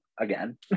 again